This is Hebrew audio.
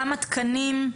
כמה תקנים,